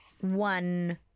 one